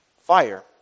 Fire